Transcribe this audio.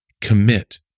Commit